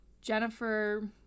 Jennifer